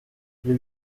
ibyo